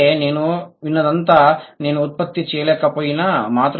అంటే నేను విన్నదంతా నేను ఉత్పత్తి చేయలేకపోయాను